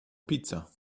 pizza